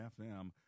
FM